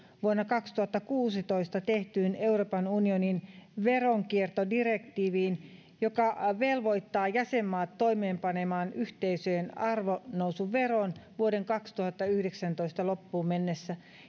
vuonna kaksituhattakuusitoista tehtyyn euroopan unionin veronkiertodirektiiviin joka velvoittaa jäsenmaat toimeenpanemaan yhteisöjen arvonnousuveron vuoden kaksituhattayhdeksäntoista loppuun mennessä